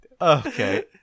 Okay